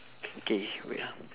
K wait ah